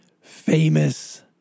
famous